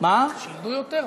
מה הבעיה?